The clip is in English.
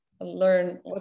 learn